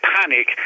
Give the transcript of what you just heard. panic